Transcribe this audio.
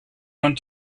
want